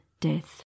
death